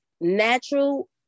natural